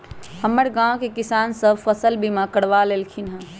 हमर गांव के किसान सभ फसल बीमा करबा लेलखिन्ह ह